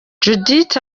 judith